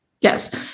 Yes